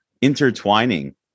intertwining